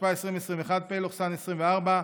התשפ"א 2022, פ/1202/24,